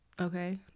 okay